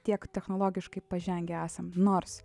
tiek technologiškai pažengę esam nors